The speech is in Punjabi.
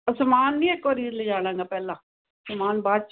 ਅ ਸਮਾਨ ਨਹੀਂ ਇੱਕ ਵਾਰ ਲਿਜਾਣਾ ਗਾ ਪਹਿਲਾਂ ਸਮਾਨ ਬਾਅਦ 'ਚ